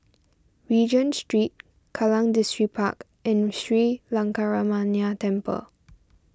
Regent Street Kallang Distripark and Sri Lankaramaya Temple